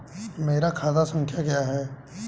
मेरा खाता संख्या क्या है?